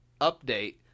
update